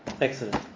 Excellent